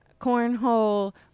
cornhole